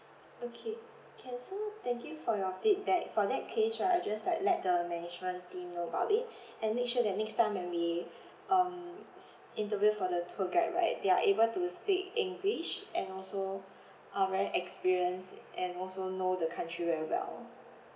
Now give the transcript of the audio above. okay can so thank you for your feedback for that case right I will just like let the management team know about it and make sure that next time when we um s~ interview for the tour guide right they are able to speak english and also are very experienced and also know the country very well